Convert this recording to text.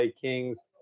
Kings